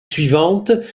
suivantes